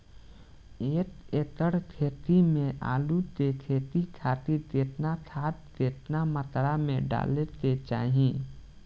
एक एकड़ खेत मे आलू के खेती खातिर केतना खाद केतना मात्रा मे डाले के चाही?